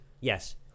yes